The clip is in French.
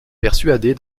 persuadé